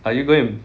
are you going